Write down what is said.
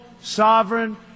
sovereign